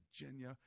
Virginia